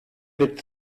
wird